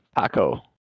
Paco